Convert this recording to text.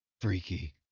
Freaky